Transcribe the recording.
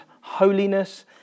holiness